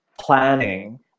planning